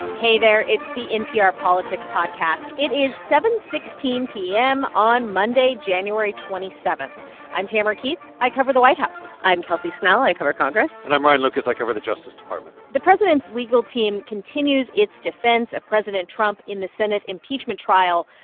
hey there. it's the npr politics podcast. it is seven sixteen p m. on monday, january twenty seven point i'm tamara keith. i cover the white house i'm kelsey snell. i cover congress and i'm ryan lucas. i cover the justice department the president's legal team continues its defense of president trump in the senate impeachment trial.